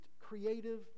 creative